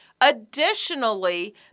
Additionally